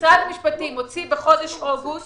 משרד המשפטים הוציא בחודש אוגוסט